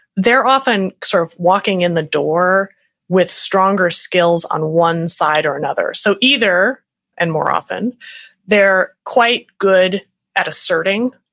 they're often sort of walking in the door with stronger skills on one side or another. so either and more often they're quite good at asserting